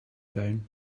down